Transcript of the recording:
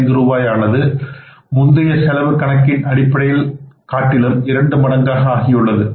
675 ரூபாய் ஆனது முந்தைய செலவு கணக்கில் அடிப்படையை காட்டிலும் இரண்டு மடங்காக உள்ளது